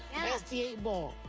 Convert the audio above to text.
and ask the eight ball.